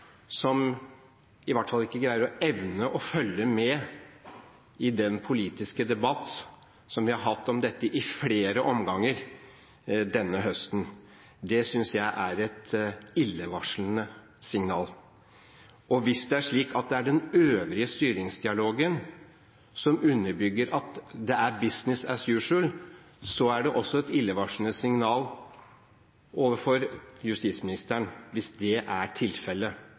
som i hvert fall ikke evner å følge med i den politiske debatt som vi har hatt om dette i flere omganger denne høsten. Det synes jeg er et illevarslende signal. Og hvis det er slik at den øvrige styringsdialogen underbygger at det er «business as usual», er det også et illevarslende signal overfor justisministeren, for da er det jo gitt andre signaler enn det som var gitt i instruksen i dette tilfellet.